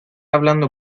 hablando